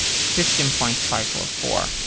fifteen point five four four.